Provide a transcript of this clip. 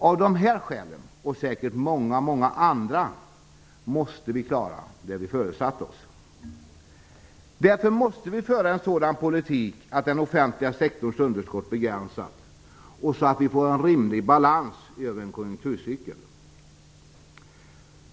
Av de här skälen, och säkert av många, många andra, måste vi klara det vi föresatt oss. Därför måste vi föra en sådan politik att den offentliga sektorns underskott begränsas och så att vi får en rimlig balans över en konjunkturcykel.